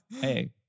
Hey